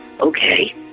Okay